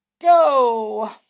go